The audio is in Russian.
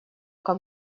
как